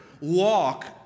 walk